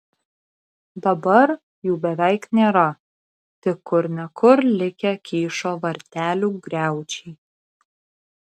dabar jų beveik nėra tik kur ne kur likę kyšo vartelių griaučiai